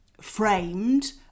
framed